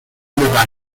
battre